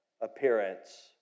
appearance